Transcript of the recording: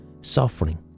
suffering